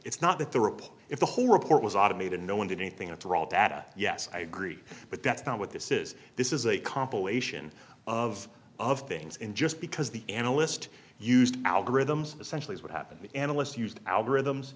it's not that the report if the whole report was automated no one did anything after all data yes i agree but that's not what this is this is a compilation of of things in just because the analyst used algorithms essentially what happened analysts used algorithms